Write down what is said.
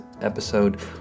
episode